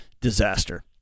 Disaster